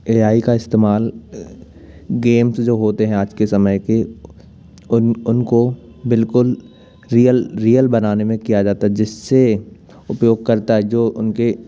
ए I का इस्तेमाल games जो होते हैं आज के समय के उनको बिल्कुल रियल रियल बनाने में किया जाता जिससे उपयोगकर्ता जो उनके